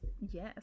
Yes